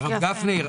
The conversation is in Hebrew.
הרב גפני,